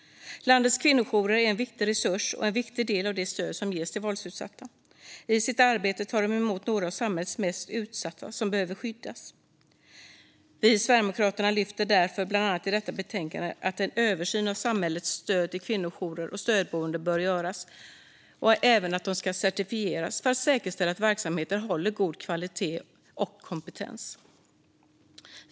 Landets kvinnojourer är en viktig resurs och en viktig del av det stöd som ges till våldsutsatta. I sitt arbete tar de emot några av samhällets mest utsatta som behöver skyddas. Därför lyfter vi i Sverigedemokraterna bland annat i detta betänkande upp att en översyn av samhällets stöd till kvinnojourer och stödboenden bör göras och att de ska certifieras, för att säkerställa att verksamheten håller god kvalitet och att det finns kompetens.